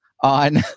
on